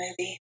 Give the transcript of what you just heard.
movie